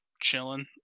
chilling